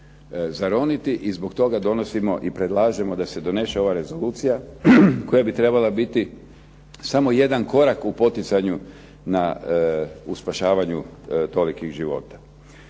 i zbog toga donosimo i predlažemo da se donese ova Rezolucija koja bi trebala biti samo jedan korak u poticanju u spašavanju tolikih života.